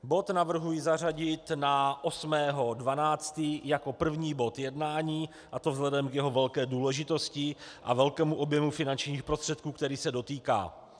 Bod navrhuji zařadit na 8. 12. jako první bod jednání, a to vzhledem k jeho velké důležitosti a velkému objemu finančních prostředků, kterých se dotýká.